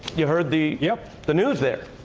you heard the yeah the news there.